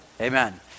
Amen